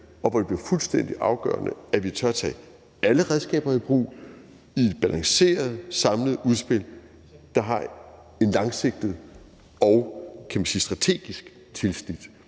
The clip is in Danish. og hvor det bliver fuldstændig afgørende, at vi tør tage alle redskaber i brug i et balanceret samlet udspil, der har et langsigtet og strategisk tilsnit.